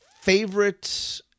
Favorite